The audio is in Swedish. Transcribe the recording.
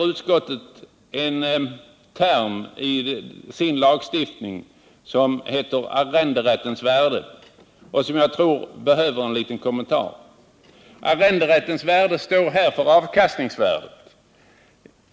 Utskottet använder termen ”arrenderättens värde”, som jag tror behöver en liten kommentar. Arrenderättens värde står här för avkastningsvärdet.